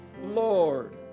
Lord